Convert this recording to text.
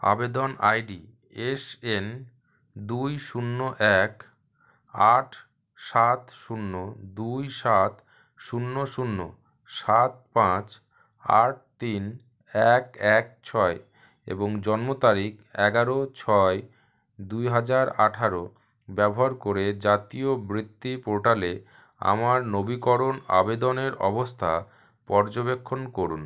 আবেদন ID SN দুই শূন্য এক আট সাত শূন্য দুই সাত শূন্য শূন্য সাত পাঁচ আট তিন এক এক ছয় এবং জন্ম তারিখ এগার ছয় দুই হাজার আঠের ব্যবহার করে জাতীয় বৃত্তি পোর্টালে আমার নবীকরণ আবেদনের অবস্থা পর্যবেক্ষণ করুন